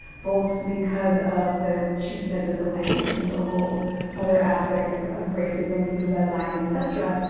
both because of the cheapness of the land, which is a whole other aspect of of racism through red lining, et cetera,